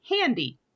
handy